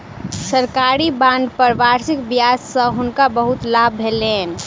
सरकारी बांड पर वार्षिक ब्याज सॅ हुनका बहुत लाभ भेलैन